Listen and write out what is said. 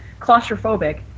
claustrophobic